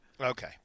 okay